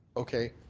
okay.